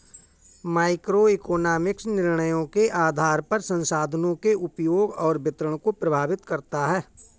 microeconomics निर्णयों के आधार पर संसाधनों के उपयोग और वितरण को प्रभावित करता है